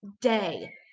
day